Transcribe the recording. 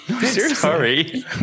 sorry